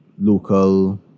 local